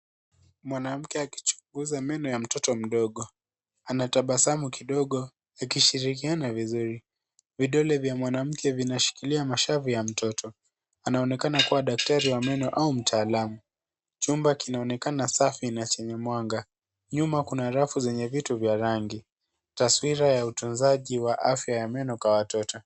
Mwanamke akichuguza meno ya mtoto mdogo. Anatabasamu kidogo akishirikiana vizuri. Vidole vya mwanamke vinashikilia mashavu ya mtoto. Anaonekana kuwa daktari wa meno au mtaalam. Chumba kinaonekana safi na chenye mwanga. Nyuma kuna rafu zenye vitu vya rangi. Taswira ya utunzaji wa afya ya meno kwa watoto.